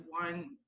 one